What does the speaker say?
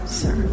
sir